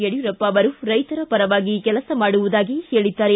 ಯಡಿಯೂರಪ್ಪ ಅವರು ರೈತರ ಪರವಾಗಿ ಕೆಲಸ ಮಾಡುವುದಾಗಿ ಹೇಳಿದ್ದಾರೆ